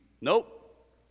Nope